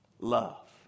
Love